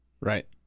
Right